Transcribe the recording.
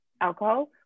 alcohol